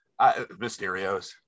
Mysterios